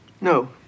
No